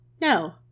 No